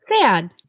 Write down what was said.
sad